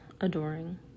adoring